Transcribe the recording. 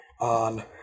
on